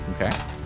Okay